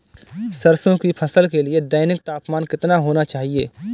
सरसों की फसल के लिए दैनिक तापमान कितना होना चाहिए?